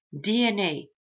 DNA